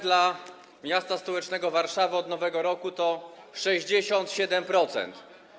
dla miasta stołecznego Warszawy od nowego roku wzrosną o 67%.